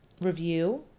review